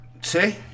See